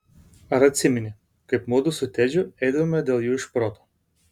ar atsimeni kaip mudu su tedžiu eidavome dėl jų iš proto